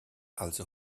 also